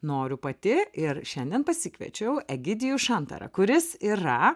noriu pati ir šiandien pasikviečiau egidijų šantarą kuris yra